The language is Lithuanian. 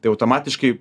tai automatiškai